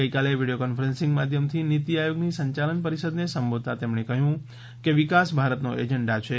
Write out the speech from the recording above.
ગઇકાલે video conferencing માધ્યમથી નીતી આયોગની સંયાલન પરીષદને સંબોધતા તેમણે કહ્યું કે વિકાસ ભારતનો એજન્ડા છે